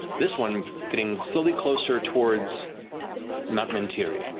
this one getting slowly closer towards mount mentiri.